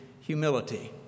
humility